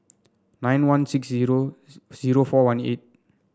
nine one six zero zero four one eight